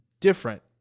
different